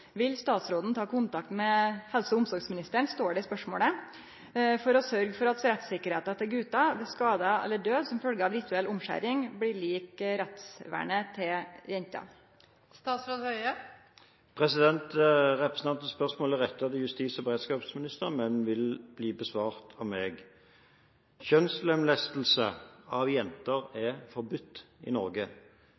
vil statsråden ta kontakt med helse- og omsorgsministeren for å sørgje for at rettssikkerheita til gutar ved skade eller død som følgje av rituell omskjering blir lik jenters rettssikkerheit?» Representantens spørsmål er rettet til justis- og beredskapsministeren, men vil bli besvart av meg. Kjønnslemlestelse av